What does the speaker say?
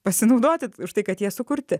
pasinaudoti tai kad jie sukurti